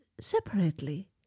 separately